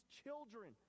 children